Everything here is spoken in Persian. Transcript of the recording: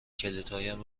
کلیدهایم